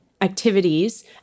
activities